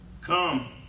Come